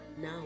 Now